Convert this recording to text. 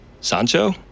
Sancho